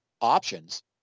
options